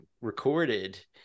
recorded